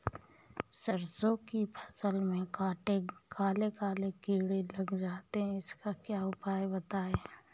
सरसो की फसल में काले काले कीड़े लग जाते इसका उपाय बताएं?